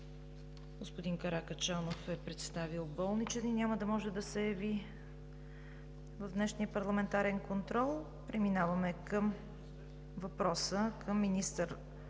Господин Каракачанов е представил болничен лист и няма да може да се яви в днешния парламентарен контрол. Преминаваме към въпроса към заместник